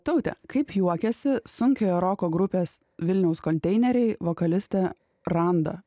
taute kaip juokiasi sunkiojo roko grupės vilniaus konteineriai vokalistė randa